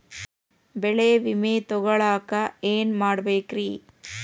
ಬೆಳೆ ವಿಮೆ ತಗೊಳಾಕ ಏನ್ ಮಾಡಬೇಕ್ರೇ?